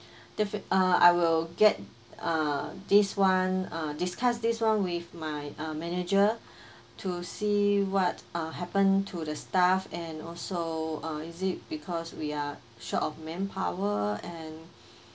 defi~ uh I will get uh this one uh discuss this one with my uh manager to see what ah happen to the staff and also uh is it because we are short of manpower and